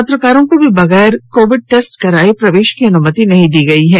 पत्रकारों को भी बगैर कोविड टेस्ट कराये प्रवेश की अनुमति नहीं दी गई है